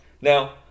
Now